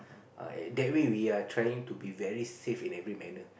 uh that way we are trying to be very safe in every manner